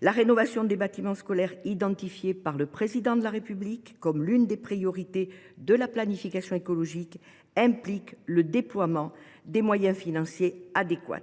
la rénovation des bâtiments scolaires, identifiée par le Président de la République comme l’une des priorités de la planification écologique, implique le déploiement de moyens financiers adéquats.